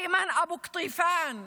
איימן אבו קטיפאן מלוד,